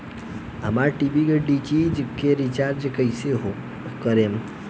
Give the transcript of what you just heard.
हमार टी.वी के डी.टी.एच के रीचार्ज कईसे करेम?